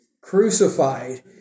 crucified